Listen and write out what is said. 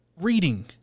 Reading